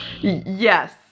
yes